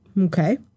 Okay